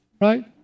Right